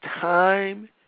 time